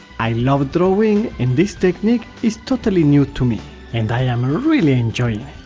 i love drawing and this technique is totally new to me and i am ah really enjoying